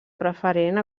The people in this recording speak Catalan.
preferent